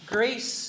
Grace